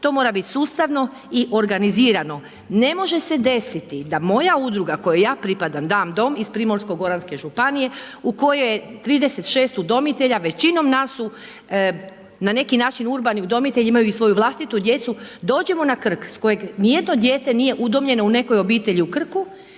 To mora biti sustavno i organizirano. Ne može se desiti da moja udruga, kojoj ja pripadam, Dam dom, iz Primorsko goranske županije, u kojoj je 36 udomitelja, većinom nas su na neki način urbani udomitelji, imaju i svoju vlasatu djecu dođimo na Krk s kojega ni jedno dijete nije udomljeno u nekoj obitelji u Krku